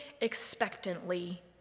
expectantly